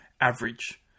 average